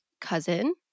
cousin